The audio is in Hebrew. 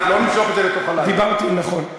דיברתי נכון.